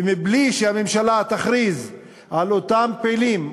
ובלי שהממשלה תכריז על אותם פעילים,